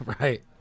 Right